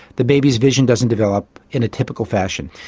the baby's vision doesn't develop in a typical fashion.